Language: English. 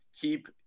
keep